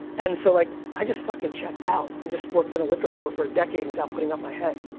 and so, like, i just fuckin' checked out, and just worked in a liquor store for a decade without putting up my head.